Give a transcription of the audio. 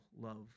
love